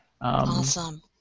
Awesome